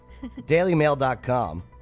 Dailymail.com